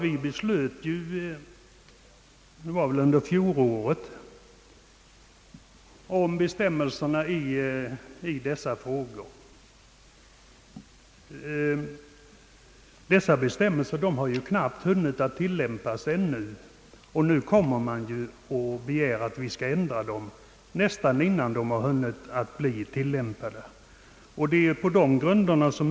Vi beslöt så sent som under fjolåret om bestämmelserna här. Dessa bestämmelser har knappt hunnit tillämpas än, och redan nu begär man att vi skall ändra dem.